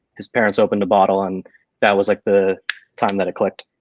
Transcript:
his parents opened the bottle and that was like the time that it clicked.